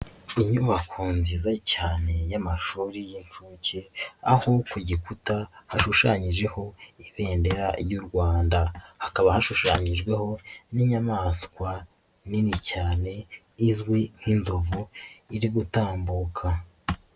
Inyubako nziza cyane y'amashuri y'inshuke aho ku gikuta hashushanyijeho ibendera ry'u Rwanda, hakaba hashushanyijweho n'inyamaswa nini cyane izwi nk'inzovu iri gutambuka.